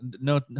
No